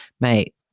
mate